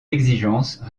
exigences